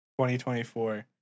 2024